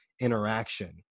interaction